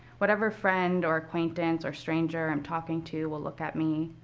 whatever friend or acquaintance or stranger i'm talking to will look at me,